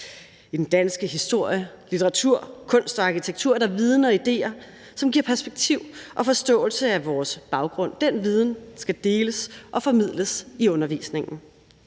Den danske historie, litteratur, kunst og arkitektur vidner om idéer, som giver perspektiv og en forståelse af vores baggrund. Den viden skal deles og formidles i undervisningen.